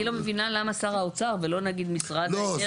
אני לא מבינה למה שר האוצר ולא נגיד משרד האנרגיה והתשתיות.